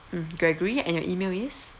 mm gregory and your email is